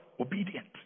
Obedient